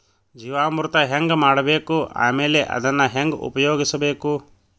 ಜೀವಾಮೃತ ಹೆಂಗ ಮಾಡಬೇಕು ಆಮೇಲೆ ಅದನ್ನ ಹೆಂಗ ಉಪಯೋಗಿಸಬೇಕು?